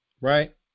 right